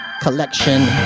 Collection